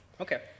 Okay